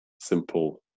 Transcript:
simple